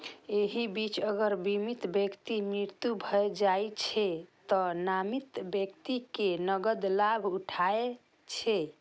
एहि बीच अगर बीमित व्यक्तिक मृत्यु भए जाइ छै, तें नामित व्यक्ति कें नकद लाभ भेटै छै